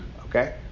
Okay